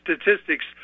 statistics